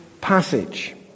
passage